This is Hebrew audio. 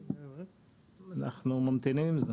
אנחנו ממתינים עם זה.